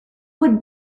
would